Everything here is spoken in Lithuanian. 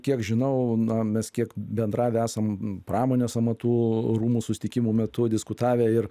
kiek žinau na mes kiek bendravę esam pramonės amatų rūmų susitikimų metu diskutavę ir